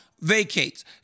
vacates